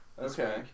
Okay